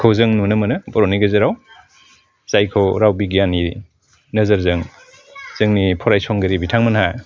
खौ जों नुनो मोनो बर'नि गेजेराव जायखौ राव बिगियाननि नोजोरजों जोंनि फरायसंगिरि बिथांमोना